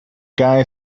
guy